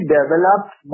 developed